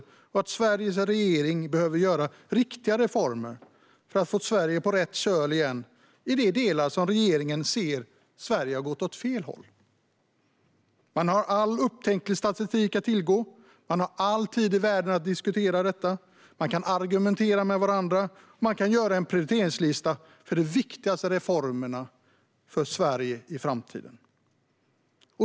Man avväger var Sveriges regering behöver göra riktiga reformer för att få landet på rätt köl igen i de delar som regeringen ser har gått åt fel håll. Man har all upptänklig statistik att tillgå. Man har all tid i världen att diskutera detta. Man kan argumentera med varandra och göra en prioriteringslista för de viktigaste reformerna för Sverige i framtiden.